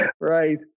Right